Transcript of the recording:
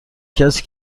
کسی